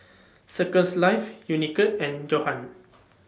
Circles Life Unicurd and Johan